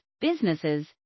businesses